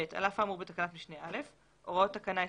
על אף האמור בתקנת משנה (א), הוראות תקנה 27(ב),